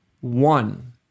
one